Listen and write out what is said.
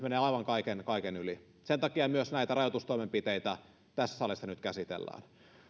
menee aivan kaiken kaiken yli sen takia myös näitä rajoitustoimenpiteitä tässä salissa nyt käsitellään